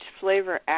flavor